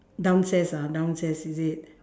downstairs ah downstairs is it